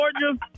Georgia